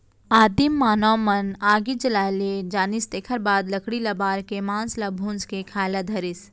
आदिम मानव मन आगी जलाए ले जानिस तेखर बाद लकड़ी ल बार के मांस ल भूंज के खाए ल धरिस